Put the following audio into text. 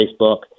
facebook